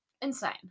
Insane